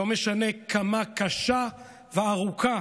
לא משנה כמה קשה וארוכה